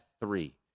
three